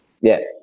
Yes